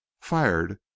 fired